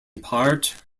part